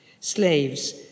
Slaves